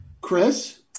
Chris